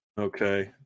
Okay